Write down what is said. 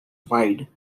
wide